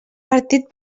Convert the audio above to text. partit